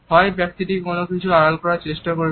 হয় ব্যক্তিটি কোনকিছু আড়াল করার চেষ্টা করছে